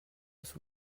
sous